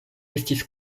estis